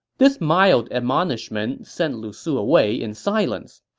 this mild admonishment sent lu su away in silence.